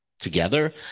together